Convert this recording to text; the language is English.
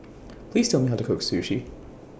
Please Tell Me How to Cook Sushi